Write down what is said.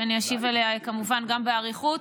שאשיב עליה כמובן באריכות.